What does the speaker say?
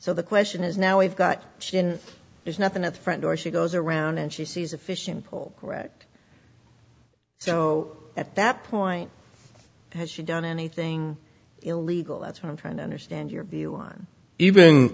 so the question is now we've got there's nothing at the front door she goes around and she sees a fishing pole so at that point has she done anything illegal that's what i'm trying to understand your view on even